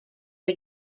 are